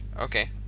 Okay